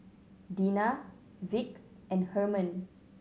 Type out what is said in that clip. Dena Vic and Hermann